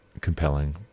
compelling